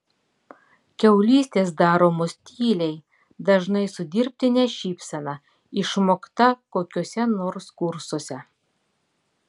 kiaulystės daromos tyliai dažnai su dirbtine šypsena išmokta kokiuose nors kursuose